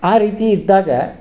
ಆ ರೀತಿ ಇದ್ದಾಗ